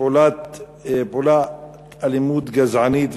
כפעולת אלימות גזענית.